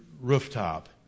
rooftop